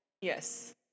Yes